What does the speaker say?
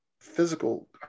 physical